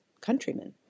countrymen